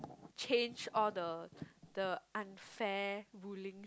change all the the unfair ruling